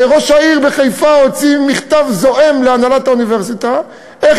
ראש העיר חיפה הוציא מכתב זועם להנהלת האוניברסיטה: איך